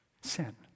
Sin